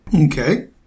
okay